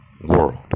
world